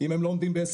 אם הם לא עומדים ב-20,